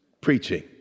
preaching